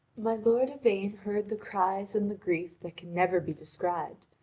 my lord yvain heard the cries and the grief that can never be described,